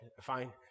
fine